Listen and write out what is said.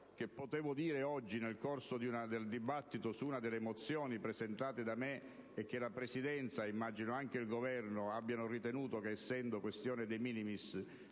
che potevo dire oggi nel corso del dibattito su una delle mozioni da me presentate e che immagino la Presidenza, e penso anche il Governo, abbiano ritenuto che, essendo questione *de minimis*,